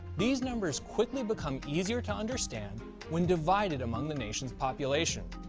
these numbers quickly become easier to understand when divided among the nation's population.